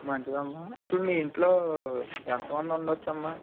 మంచిదమ్మ అసలు మీ ఇంట్లో ఎంతమంది ఉండ వచ్చమ్మ